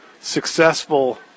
successful